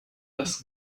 das